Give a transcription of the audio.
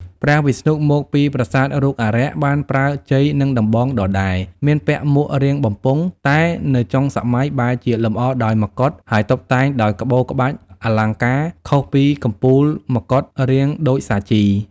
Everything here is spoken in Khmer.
ព្រះវិស្ណុមកពីប្រាសាទរូបអារក្ស បានប្រើជ័យ និងដំបងដដែល មានពាក់មួករាងបំពង់ តែនៅចុងសម័យបែរជាលម្អដោយមកុដ ហើយតុបតែងដោយក្បូរក្បាច់ អលង្ការ ខុសពីកំពូលមកុដរាងដូចសាជី។